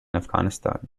afghanistan